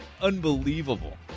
Unbelievable